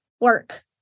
work